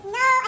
no